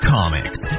Comics